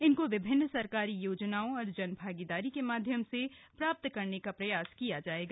इनको विभिन्न सरकारी योजनाओं और जन भागीदारी के माध्यम से प्राप्त करने का प्रयास किया जाएगा